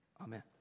amen